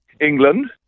England